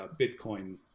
Bitcoin